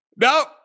No